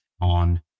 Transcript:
on